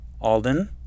Alden